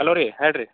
hello ರೀ ಹೇಳಿರಿ